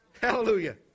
Hallelujah